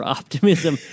optimism